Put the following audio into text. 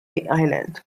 island